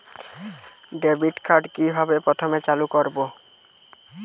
Debit card কিভাবে প্রথমে চালু করব?